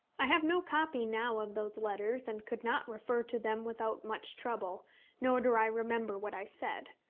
i have no copy now of those letters, and could not refer to them without much trouble nor do i remember what i said.